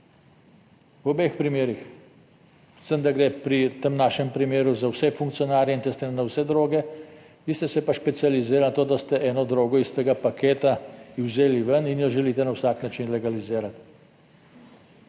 v obeh primerih predvsem, da gre pri tem našem primeru za vse funkcionarje in testiranje na vse droge. Vi ste se pa specializirali na to, da ste eno drogo iz tega paketa vzeli ven in jo želite na vsak način legalizirati.